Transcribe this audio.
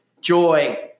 joy